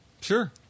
Sure